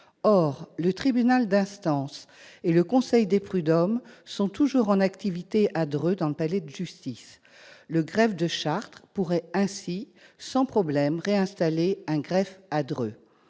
Or le tribunal d'instance et le conseil de prud'hommes sont toujours en activité à Dreux, dans le palais de justice. Le greffe de Chartres pourrait ainsi réinstaller sans problème un greffe à Dreux.